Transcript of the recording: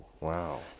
Wow